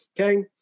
okay